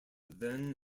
then